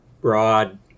broad